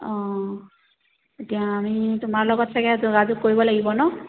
অঁ এতিয়া আমি তোমাৰ লগত চাগে যোগাযোগ কৰিব লাগিব নহ্